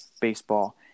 baseball